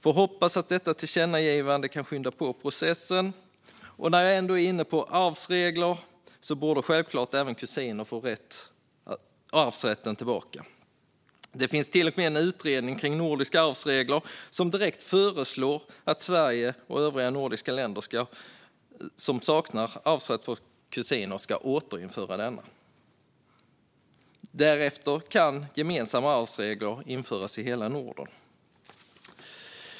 Jag hoppas att detta tillkännagivande kan skynda på processen. När jag ändå är inne på arvsregler vill jag framföra att även kusiner självklart borde få arvsrätten tillbaka. Det finns till och med en utredning om nordiska arvsregler som direkt föreslår att Sverige och övriga nordiska länder som saknar arvsrätt för kusiner ska återinföra denna. Därefter kan gemensamma arvsregler införas i hela Norden.